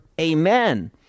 amen